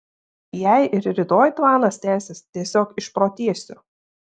jei ir rytoj tvanas tęsis tiesiog išprotėsiu